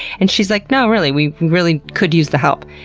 and she's like, no, really, we really could use the help.